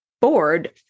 board